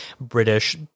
british